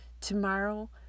Tomorrow